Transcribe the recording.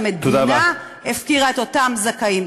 שהמדינה הפקירה את אותם זכאים.